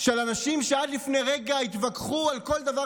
של אנשים שעד לפני רגע התווכחו על כל דבר